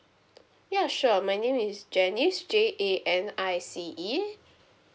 ya sure my name is janice J A N I C E